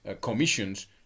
commissions